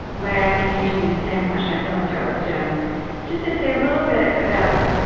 by asking each of you the same question i think i'll start with jim just to say a little bit about,